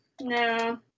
no